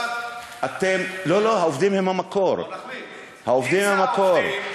שרצה לסגור את רשות השידור כדי להכפיף את רשות השידור החדשה לגחמות שלו.